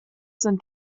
sind